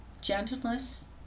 gentleness